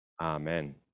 Amen